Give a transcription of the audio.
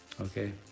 Okay